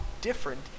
different